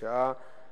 בשעה